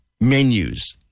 menus